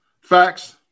Facts